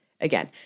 Again